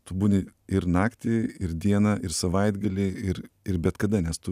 tu būni ir naktį ir dieną ir savaitgalį ir ir bet kada nes tu